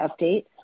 update